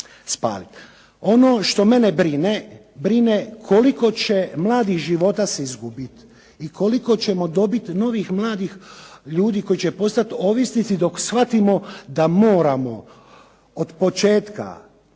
Ono što mene brine koliko će mladih života će izgubiti i koliko ćemo dobiti novih mladih ljudi koji će postati ovisnici dok shvatimo da moramo od početka